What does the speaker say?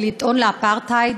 ולטעון לאפרטהייד?